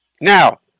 Now